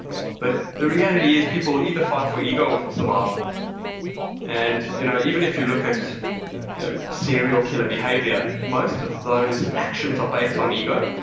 but the reality is people either fight for ego or for survival and you know even if you look at yeah serial killer behavior, most of those actions are based on ego.